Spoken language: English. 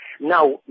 Now